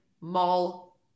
mall